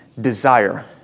desire